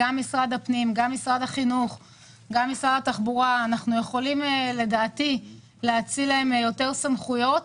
לדעתי משרדי החינוך התחבורה והפנים יכולים להאציל להם יותר סמכויות,